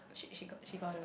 she she got she got a